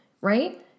right